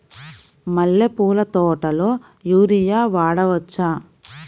మల్లె పూల తోటలో యూరియా వాడవచ్చా?